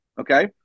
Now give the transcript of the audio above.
okay